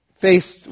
faced